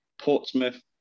Portsmouth